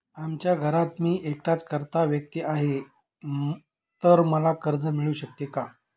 आमच्या घरात मी एकटाच कर्ता व्यक्ती आहे, तर मला कर्ज मिळू शकते का?